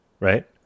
right